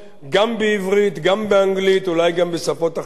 גם בעברית, גם באנגלית ואולי גם בשפות אחרות,